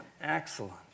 excellent